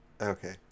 Okay